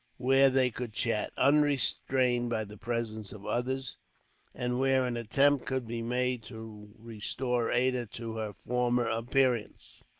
where they could chat, unrestrained by the presence of others and where an attempt could be made to restore ada to her former appearance.